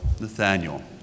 Nathaniel